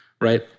right